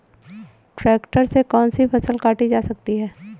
Tractor से कौन सी फसल काटी जा सकती हैं?